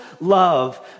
love